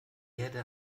erde